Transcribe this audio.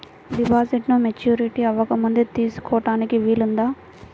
డిపాజిట్ను మెచ్యూరిటీ అవ్వకముందే తీసుకోటానికి వీలుందా?